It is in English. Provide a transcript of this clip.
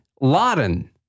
Laden